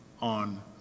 on